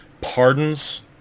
pardons